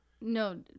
No